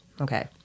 Okay